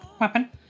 Weapon